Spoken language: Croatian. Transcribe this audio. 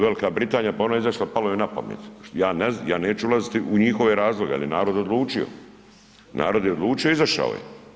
Velika Britanija pa ona je izašla palo joj na pamet, ja neću ulaziti u njihove razloge, ali narod je odlučio, narod je odlučio i izašao je.